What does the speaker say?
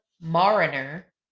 Mariner